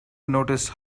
noticed